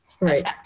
right